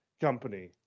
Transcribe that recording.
company